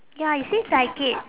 ya it seems like it